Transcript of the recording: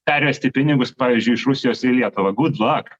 pervesti pinigus pavyzdžiui iš rusijos į lietuvą gud lak